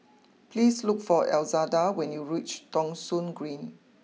please look for Elzada when you reach Thong Soon Green